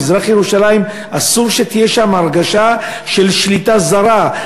מזרח-ירושלים, אסור שתהיה שם הרגשה של שליטה זרה.